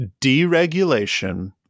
deregulation